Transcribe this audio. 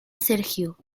sergio